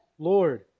Lord